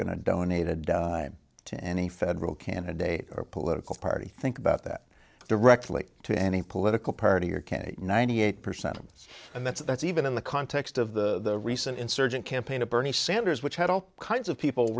going to donated to any federal candidate or political party think about that directly to any political party or candidate ninety eight percent and that's that's even in the context of the recent insurgent campaign of bernie sanders which had all kinds of people